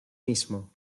mismo